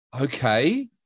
Okay